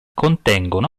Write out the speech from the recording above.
contengono